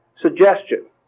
suggestion